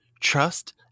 trust